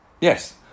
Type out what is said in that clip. Yes